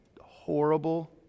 horrible